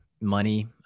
money